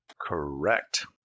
Correct